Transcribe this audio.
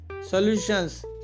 solutions